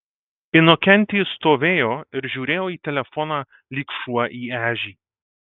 inokentijus stovėjo ir žiūrėjo į telefoną lyg šuo į ežį